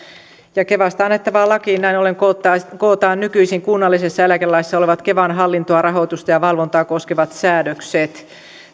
kevasta annettavaan lakiin näin ollen kootaan kootaan nykyisin kunnallisessa eläkelaissa olevat kevan hallintoa rahoitusta ja valvontaa koskevat säädökset